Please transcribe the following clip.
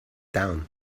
down